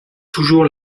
toujours